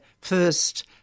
first